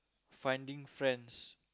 finding friends